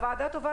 הוועדה קוראת